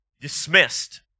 dismissed